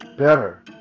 Better